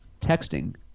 Texting